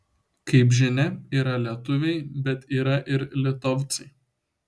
kaip žinia yra lietuviai bet yra ir litovcai